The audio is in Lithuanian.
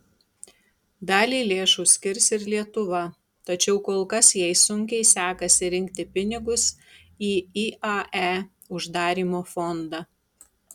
dalį lėšų skirs ir lietuva tačiau kol kas jai sunkiai sekasi rinkti pinigus į iae uždarymo fondą